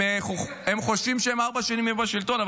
הם חושבים שהם ארבע שנים יהיו בשלטון,